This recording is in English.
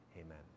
Amen